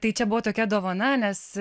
tai čia buvo tokia dovana nes